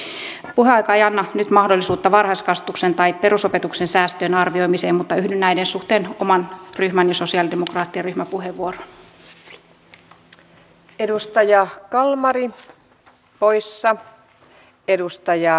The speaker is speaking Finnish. puheaika ei anna nyt mahdollisuutta varhaiskasvatuksen tai perusopetuksen säästöjen arvioimiseen mutta yhdyn näiden suhteen oman ryhmän ja sosialidemokraattien ryhmäpuheenvuoroon